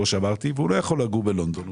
והוא לא יכול לגור בלונדון.